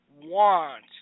want